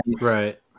right